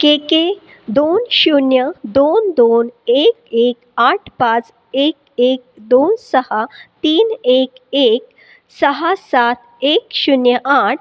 के K दोन शून्य दोन दोन एक एक आठ पाच एक एक दोन सहा तीन एक एक सहा सात एक शून्य आठ